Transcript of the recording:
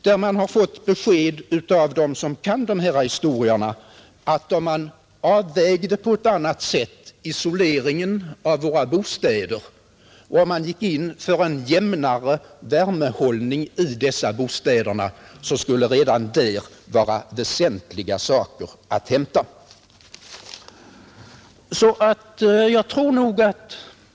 Då har man av dem som kan dessa saker fått beskedet, att om man avvägde isoleringen av våra bostäder på annat sätt och gick in för en jämnare värmehållning i bostäderna, så skulle redan där väsentliga fördelar kunna vinnas.